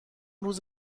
روز